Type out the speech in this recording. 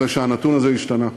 אלא שהנתון הזה השתנה: